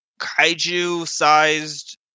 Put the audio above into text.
kaiju-sized